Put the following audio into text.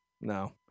No